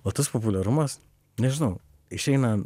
o tas populiarumas nežinau išeina